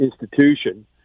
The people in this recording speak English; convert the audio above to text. institution